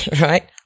right